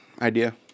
idea